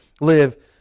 live